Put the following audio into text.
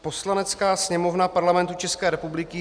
Poslanecká sněmovna Parlamentu České republiky